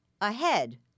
ahead